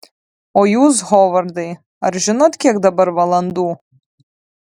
o jūs hovardai ar žinot kiek dabar valandų